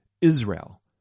Israel